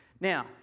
Now